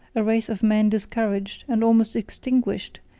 a race of men discouraged, and almost extinguished,